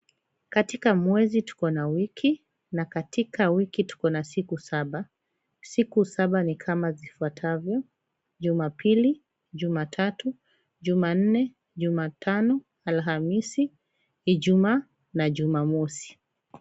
Katika mwezi tukona wiki na katika wiki tukona siku saba. Siku saba ni kama zifuatavyo: Jumapili, Jumatatu, Jumanne, Jumatano, Alhamisi, Ijumaa na Jumamosi.